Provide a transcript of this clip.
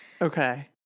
Okay